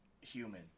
human